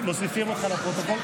מוסיפים אותך לפרוטוקול.